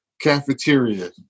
cafeteria